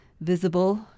visible